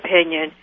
opinion